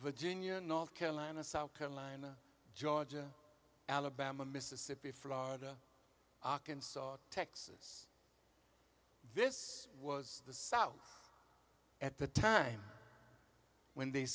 virginia north carolina south carolina georgia alabama mississippi florida iraq and saw texas this was the south at the time when they